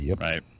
right